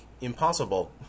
impossible